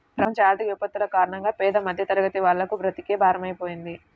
ప్రపంచ ఆర్థిక విపత్తుల కారణంగా పేద మధ్యతరగతి వాళ్లకు బ్రతుకే భారమైపోతుంది